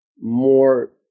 more